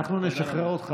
אנחנו נשחרר אותך,